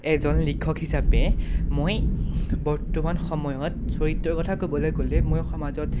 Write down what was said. এজন লিখক হিচাপে মই বৰ্তমান সময়ত চৰিত্ৰ কথা ক'বলৈ গ'লে মই সমাজত